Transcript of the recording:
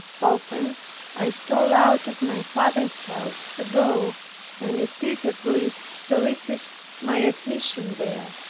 often i stole out of my father's house to go and repeatedly solicit my admission there.